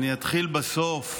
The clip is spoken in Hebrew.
אני אתחיל בסוף: